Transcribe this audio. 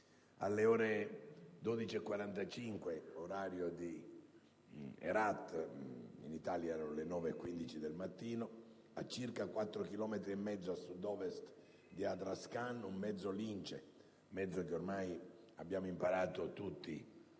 Alle ore 12,45, orario di Herat (in Italia erano le 9,15 del mattino), a circa 4,5 chilometri a Sud-Ovest di Adraskan, un mezzo Lince - mezzo che ormai abbiamo imparato tutti